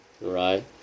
right